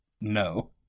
no